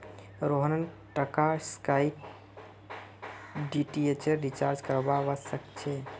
रोहनक टाटास्काई डीटीएचेर रिचार्ज करवा व स छेक